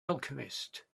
alchemist